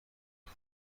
طور